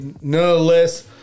nonetheless